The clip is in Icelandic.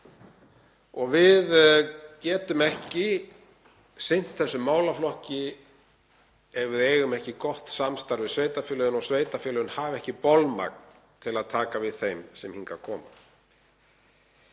Við getum ekki sinnt þessum málaflokki ef við eigum ekki gott samstarf við sveitarfélögin og sveitarfélögin hafa ekki bolmagn til að taka við þeim sem hingað koma.